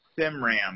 Simram